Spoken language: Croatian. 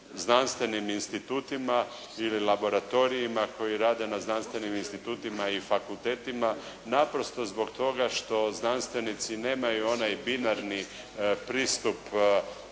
znanstvenim institutima ili laboratorijima koji rade na znanstvenim institutima i fakultetima naprosto zbog toga što znanstvenici nemaju onaj binarni pristup